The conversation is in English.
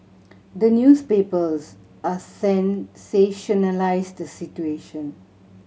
the newspapers a sensationalise the situation